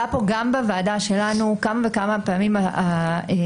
שבוועדה שלנו עלתה פה כמה וכמה פעמים הטענה,